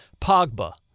Pogba